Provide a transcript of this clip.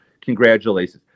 congratulations